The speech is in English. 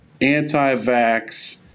anti-vax